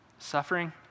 suffering